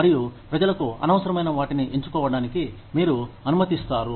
మరియు ప్రజలకు అనవసరమైన వాటిని ఎంచుకోవడానికి మీరు అనుమతిస్తారు